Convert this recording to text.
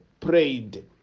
prayed